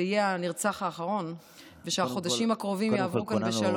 יהיה הנרצח האחרון ושהחודשים הקרובים יעברו כאן בשלום.